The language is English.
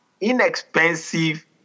inexpensive